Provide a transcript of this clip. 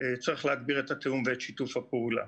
צריך להגביר את התיאום ואת שיתוף הפעולה.